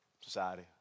society